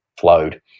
flowed